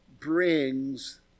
brings